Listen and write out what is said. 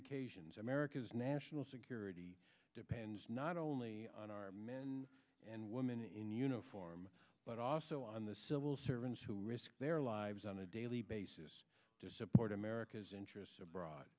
occasions america's national security depends not only on our men and women in uniform but also on the civil servants who risk their lives on a daily basis to support america's interests abroad